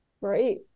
right